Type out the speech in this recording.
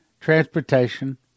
transportation